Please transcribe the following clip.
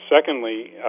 secondly